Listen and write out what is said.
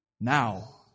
Now